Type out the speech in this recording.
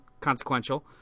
consequential